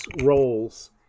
roles